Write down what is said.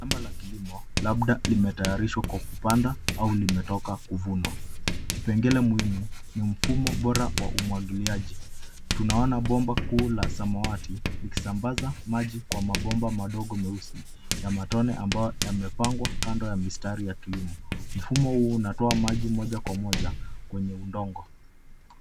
Shamba la kilimo labda limetayarishwa kwa kupanda au limetoka kuvunwa. Kipengele muhimu ni mfumo bora wa umwagiliaji. Tunaona bomba kuu la samawati likisambaza maji kwa mabomba madogo meusi na matone ambayo yamepangwa kando ya mistari ya kilimo. Mfumo huu unatoa maji moja kwa moja kwenye udongo.